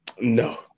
No